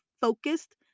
focused